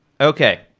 Okay